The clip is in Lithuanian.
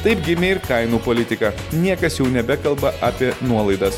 taip gimė ir kainų politika niekas jau nebekalba apie nuolaidas